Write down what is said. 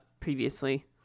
previously